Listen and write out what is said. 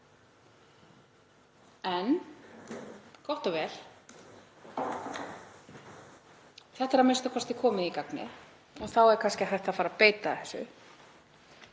En gott og vel, þetta er a.m.k. komið í gagnið og þá er kannski hægt að fara að beita þessu.